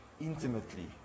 intimately